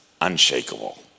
unshakable